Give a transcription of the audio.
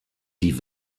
die